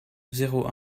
zéro